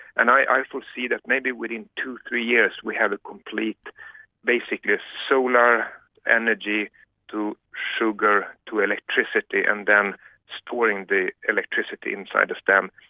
and i foresee that maybe within two, three years we have a complete basic ah solar energy to sugar to electricity and then storing the electricity inside a stem.